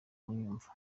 kunyumva